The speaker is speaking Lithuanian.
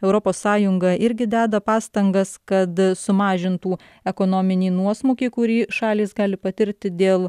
europos sąjunga irgi deda pastangas kad sumažintų ekonominį nuosmukį kurį šalys gali patirti dėl